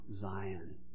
Zion